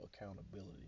accountability